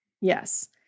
Yes